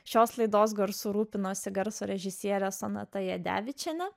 šios laidos garsu rūpinosi garso režisierė sonata jadevičienė